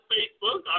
Facebook